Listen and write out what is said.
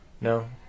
no